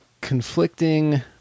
conflicting